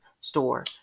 store